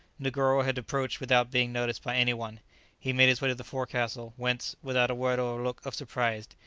negoro had approached without being noticed by any one he made his way to the forecastle, whence, without a word or look of surprise,